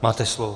Máte slovo.